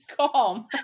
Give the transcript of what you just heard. calm